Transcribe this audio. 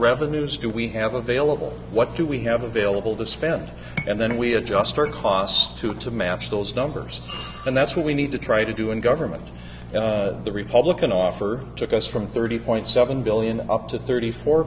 revenues do we have available what do we have available to spend and then we adjust our costs to to match those numbers and that's what we need to try to do in government the republican offer took us from thirty point seven billion up to thirty four